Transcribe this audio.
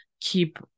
keep